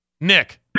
Nick